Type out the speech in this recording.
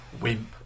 wimp